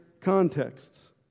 contexts